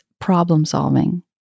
problem-solving